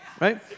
right